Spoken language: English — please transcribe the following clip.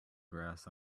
grass